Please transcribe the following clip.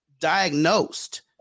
diagnosed